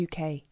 uk